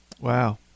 Wow